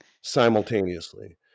simultaneously